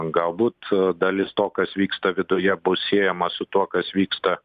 galbūt dalis to kas vyksta viduje bus siejama su tuo kas vyksta